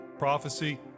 prophecy